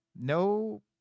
no